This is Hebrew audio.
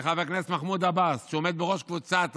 לחבר הכנסת מחמוד עבאס, שעומד בראש קבוצת רע"מ: